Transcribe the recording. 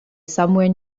somewhere